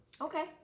Okay